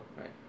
Right